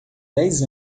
dez